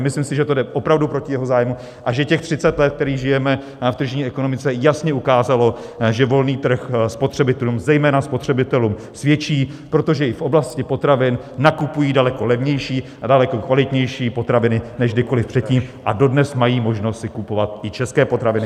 Myslím si, že to jde opravdu proti jeho zájmu a že těch 30 let, které žijeme v tržní ekonomice, jasně ukázalo, že volný trh spotřebitelům, zejména spotřebitelům, svědčí, protože i v oblasti potravin nakupují daleko levnější a daleko kvalitnější potraviny než kdykoliv předtím a dodnes mají možnost si kupovat i české potraviny.